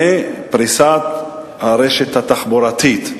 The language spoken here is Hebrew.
ופריסת הרשת התחבורתית.